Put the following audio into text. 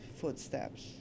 footsteps